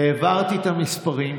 העברתי את המספרים,